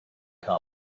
come